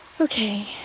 Okay